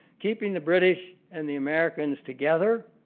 keeping the british and the americans together,